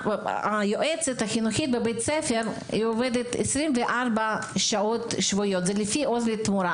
היועצת החינוכית בבית הספר עובדת 24 שעות שבועיות זה לפי עוז לתמורה